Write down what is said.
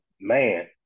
man